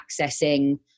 accessing